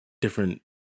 different